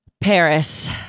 Paris